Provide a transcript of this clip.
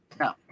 No